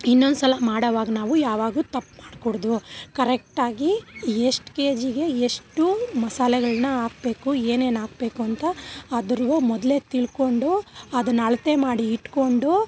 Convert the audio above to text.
ಇನ್ನೊಂದುಸಲ ಮಾಡೋವಾಗ್ ನಾವು ಯಾವಾಗಲು ತಪ್ಪು ಮಾಡಕೂಡ್ದು ಕರೆಕ್ಟಾಗಿ ಎಷ್ಟು ಕೆ ಜಿಗೆ ಎಷ್ಟು ಮಸಾಲೆಗಳನ್ನ ಹಾಕ್ಬೇಕು ಏನೇನು ಹಾಕ್ಬೇಕು ಅಂತ ಅದರ ಮೊದಲೆ ತಿಳ್ಕೊಂಡು ಅದನ್ನು ಅಳತೆ ಮಾಡಿ ಇಟ್ಕೊಂಡು